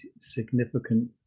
significant